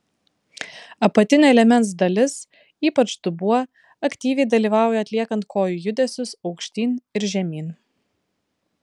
apatinė liemens dalis ypač dubuo aktyviai dalyvauja atliekant kojų judesius aukštyn ir žemyn